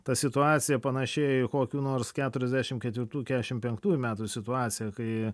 ta situacija panašėjo į kokių nors ketueiasdešimt ketvirtų keturiasdešimt penktųjų metų situaciją kai